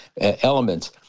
elements